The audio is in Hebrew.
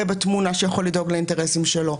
בתמונה שיכול לדאוג לאינטרסים שלו,